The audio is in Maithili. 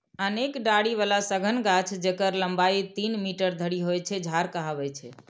अनेक डारि बला सघन गाछ, जेकर लंबाइ तीन मीटर धरि होइ छै, झाड़ कहाबै छै